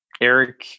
Eric